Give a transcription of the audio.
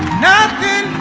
nothing